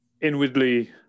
inwardly